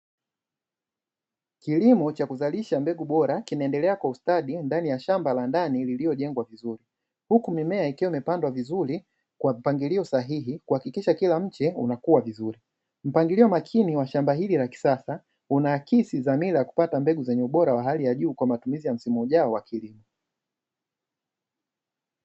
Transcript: Kilimo cha kuzalisha mbegu bora kinaendelea kwa ustadi ndani ya shamba la ndani lililojengwa vizuri, huku mimea ikiwa imepandwa vizuri kwa mpangilio sahihi kuhakikisha kila mche unakua vizuri, mpangilio makini wa shamba hili la kisasa unaakisi dhamira ya kupata mbegu zenye ubora wa hali ya juu kwa matumizi ya msimu ujao wa kilimo.